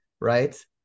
right